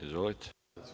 Izvolite.